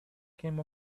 came